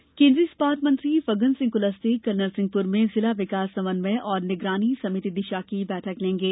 कुलस्ते केन्द्रीय इस्पात मंत्री फग्गनसिंह कुलस्ते कल नरसिंहपुर में जिला विकास समन्वय और निगरानी समिति दिशा की बैठक लेंगे